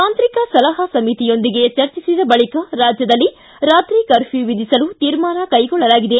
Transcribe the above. ತಾಂತ್ರಿಕ ಸಲಹಾ ಸಮಿತಿಯೊಂದಿಗೆ ಚರ್ಚಿಸಿದ ಬಳಿಕ ರಾಜ್ಯದಲ್ಲಿ ರಾತ್ರಿ ಕರ್ಪ್ಯೂ ವಿಧಿಸಲು ತೀರ್ಮಾನ ಕೈಗೊಳ್ಳಲಾಗಿದೆ